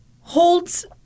holds